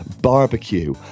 barbecue